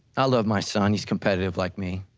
i love my son, he's competitive like me.